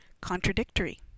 contradictory